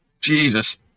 Jesus